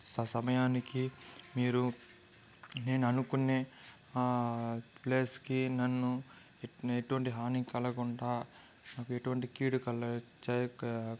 స సమయానికి మీరు నేను అనుకునే ఆ ప్లేస్కి నన్ను ఎటువంటి హాని కలగకుండా నాకు ఎటువంటి కీడు కల చెయ్